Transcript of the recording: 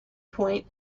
point